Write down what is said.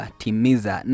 timiza